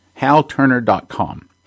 halturner.com